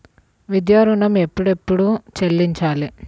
విద్యా ఋణం ఎప్పుడెప్పుడు చెల్లించాలి?